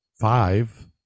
five